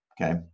okay